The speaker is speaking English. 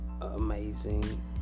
amazing